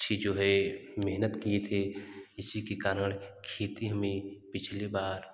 अच्छी जो हे मेहनत किए थे इसी के कारण खेती हमें पिछली बार